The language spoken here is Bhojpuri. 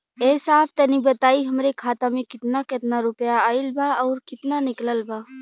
ए साहब तनि बताई हमरे खाता मे कितना केतना रुपया आईल बा अउर कितना निकलल बा?